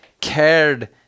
cared